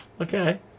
okay